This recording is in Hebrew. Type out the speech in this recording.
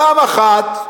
פעם אחת,